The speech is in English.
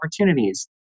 opportunities